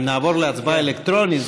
אם נעבור להצבעה אלקטרונית,